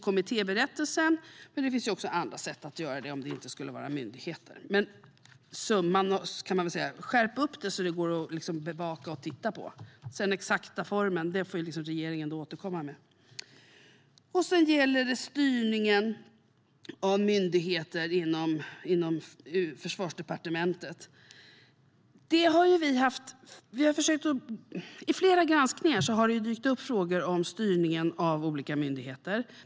Kommittéberättelsen finns, men det finns även andra sätt att göra detta om det inte skulle vara myndigheter. Summan kan man väl säga är: Skärp upp detta så att det går att bevaka och titta på! Den exakta formen får dock regeringen återkomma med. Sedan gäller det styrningen av myndigheter inom Försvarsdepartementet. I flera granskningar har frågor om styrningen av olika myndigheter dykt upp.